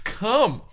come